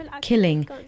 Killing